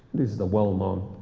is the well known